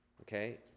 okay